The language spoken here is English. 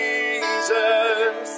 Jesus